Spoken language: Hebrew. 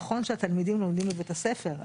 נכון שהתלמידים לומדים בבית הספר,